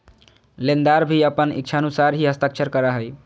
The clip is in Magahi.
लेनदार भी अपन इच्छानुसार ही हस्ताक्षर करा हइ